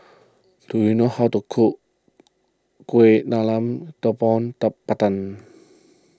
do you know how to cook Kueh Talam Tepong Pandan